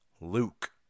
Luke